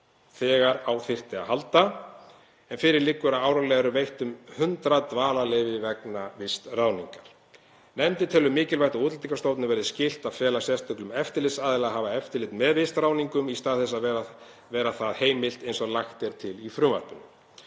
þegar á þyrfti að halda en fyrir liggur að árlega eru veitt um 100 dvalarleyfi vegna vistráðningar. Nefndin telur mikilvægt að Útlendingastofnun verði skylt að fela sérstökum eftirlitsaðila að hafa eftirlit með vistráðningum í stað þess að vera það heimilt eins og lagt er til í frumvarpinu.